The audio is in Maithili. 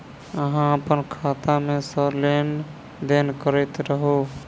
अहाँ अप्पन खाता मे सँ लेन देन करैत रहू?